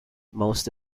most